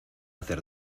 hacer